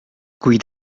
kuid